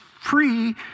free